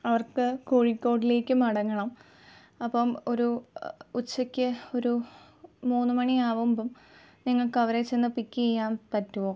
അവർക്ക് കോഴിക്കോടിലേക്ക് മടങ്ങണം അപ്പം ഒരു ഉച്ചയ്ക്ക് ഒരു മൂന്ന് മണിയാവുമ്പം നിങ്ങൾക്ക് അവരെ ചെന്ന് പിക്ക് ചെയ്യാൻ പറ്റുമോ